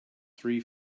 three